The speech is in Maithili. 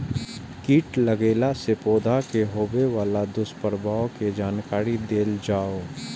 कीट लगेला से पौधा के होबे वाला दुष्प्रभाव के जानकारी देल जाऊ?